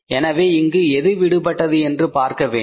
எனவே இங்கு எது விடுபட்டது என்று பார்க்க வேண்டும்